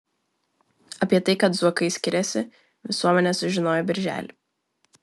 apie tai kad zuokai skiriasi visuomenė sužinojo birželį